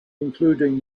including